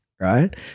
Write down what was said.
right